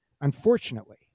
unfortunately